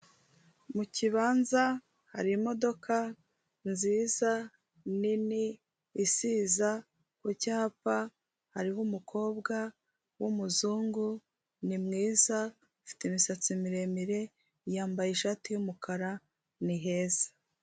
Mu kibanza hari imodoka nziza nini isiza ku cyapa, hariho umukobwa w'umuzungu, ni mwiza ufite imisatsi miremire, yambaye ishati y'umukara, ni heza.